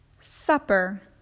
Supper